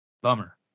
Bummer